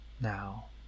now